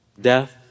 death